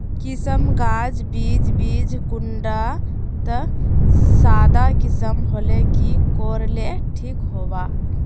किसम गाज बीज बीज कुंडा त सादा किसम होले की कोर ले ठीक होबा?